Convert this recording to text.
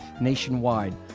nationwide